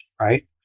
right